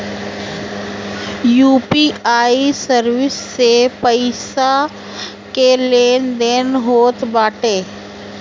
UPI service से पईसा के लेन देन होत बाटे